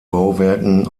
bauwerken